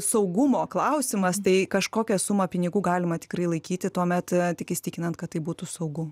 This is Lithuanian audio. saugumo klausimas tai kažkokią sumą pinigų galima tikrai laikyti tuomet tik įsitikinant kad tai būtų saugu